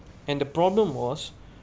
and the problem was